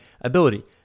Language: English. ability